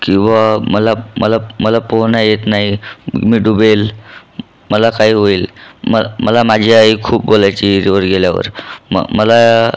की बुवा मला मला मला पोहणं येत नाही मी बुडेल मला काय होईल म मला माझी आई खूप बोलायची विहिरीवर गेल्यावर मग मला